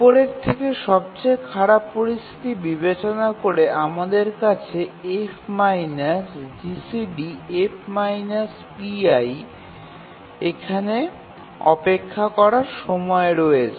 উপরের থেকে সবচেয়ে খারাপ পরিস্থিতি বিবেচনা করে আমাদের কাছে F - GCD F pi এখানে অপেক্ষা করার সময় রয়েছে